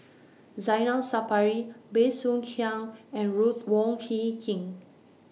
Zainal Sapari Bey Soo Khiang and Ruth Wong Hie King